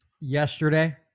yesterday